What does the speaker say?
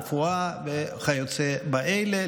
רפואה וכיוצא באלה,